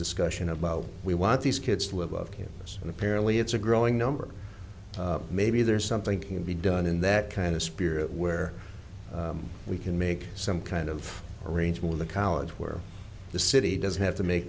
discussion about what we want these kids to live off campus and apparently it's a growing number maybe there's something can be done in that kind of spirit where we can make some kind of arrangement in the college where the city does have to make